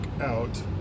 out